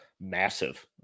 massive